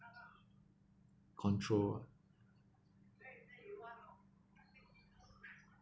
control ah